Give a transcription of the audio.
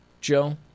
Joe